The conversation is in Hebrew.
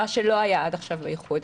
מה שלא היה עד עכשיו באיחוד.